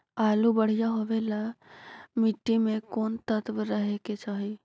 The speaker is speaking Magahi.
आलु बढ़िया होबे ल मट्टी में कोन तत्त्व रहे के चाही?